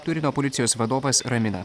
turino policijos vadovas ramina